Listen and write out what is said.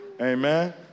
Amen